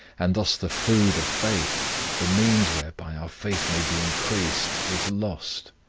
and thus the food of faith, the means whereby our faith may be increased, is lost.